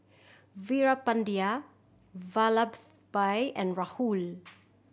Veerapandiya Vallabhbhai and Rahul